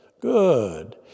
good